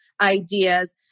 ideas